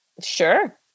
Sure